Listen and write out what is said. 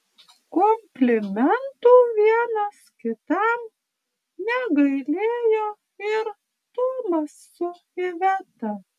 komplimentų vienas kitam negailėjo ir tomas su iveta